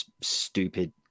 stupid